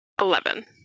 Eleven